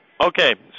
Okay